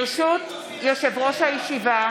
ברשות יושב-ראש הישיבה,